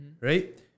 right